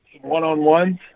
one-on-ones